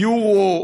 "יורו",